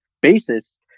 basis